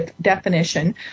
definition